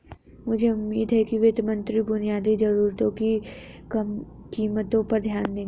मुझे उम्मीद है कि वित्त मंत्री बुनियादी जरूरतों की कीमतों पर ध्यान देंगे